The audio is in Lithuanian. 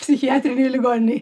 psichiatrinėj ligoninėj